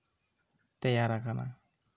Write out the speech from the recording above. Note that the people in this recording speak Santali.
ᱛᱮᱭᱟᱨᱟᱠᱟᱱᱟ